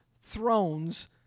thrones